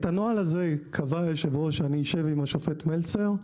את הנוהל הזה קבע יושב הראש שאני אשב עם השופט מלצר,